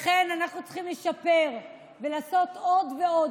לכן אנחנו צריכים לשפר ולעשות עוד ועוד